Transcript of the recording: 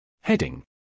Heading